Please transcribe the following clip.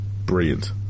brilliant